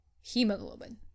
hemoglobin